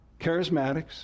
Charismatics